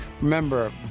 Remember